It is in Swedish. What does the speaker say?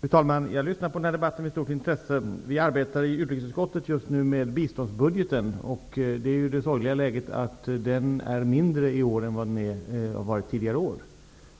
Fru talman! Jag har med stort intresse lyssnat till den här debatten. Vi arbetar i utrikesutskottet just nu med biståndsbudgeten. Det är ju det sorgliga läget att den är mindre i år än vad den har varit tidigare.